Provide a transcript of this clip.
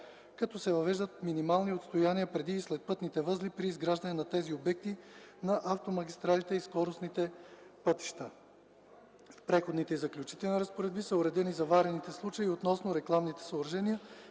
като се въвеждат минимални отстояния преди и след пътните възли при изграждането на тези обекти на автомагистралите и скоростните пътища. В Преходните и заключителни разпоредби са уредени заварените случаи относно рекламните съоръжения